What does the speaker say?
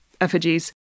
effigies